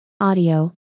audio